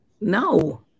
No